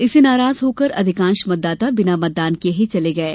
इससे नाराज होकार अधिकांश मतदाता बिना मतदान किये ही चले गये